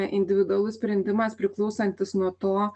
individualus sprendimas priklausantis nuo to